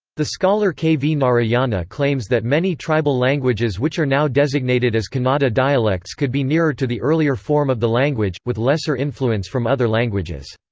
the scholar k. v. narayana claims that many tribal languages which are now designated as kannada dialects could be nearer to the earlier form of the language, with lesser influence from other languages.